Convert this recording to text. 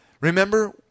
Remember